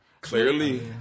Clearly